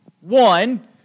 One